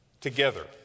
Together